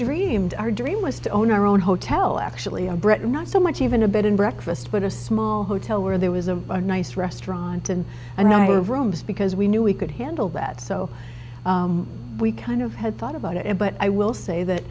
dreamed our dream was to own our own hotel actually in britain not so much even a bed and breakfast but a small hotel where there was a nice restaurant and and i have rooms because we knew we could handle that so we kind of had thought about it but i will say that